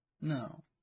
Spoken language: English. No